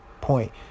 point